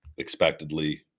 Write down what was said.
expectedly